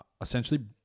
essentially